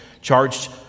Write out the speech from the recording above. charged